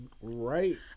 Right